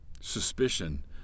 suspicion